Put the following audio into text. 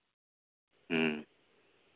ᱦᱮᱸ